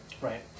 Right